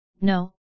No